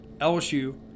lsu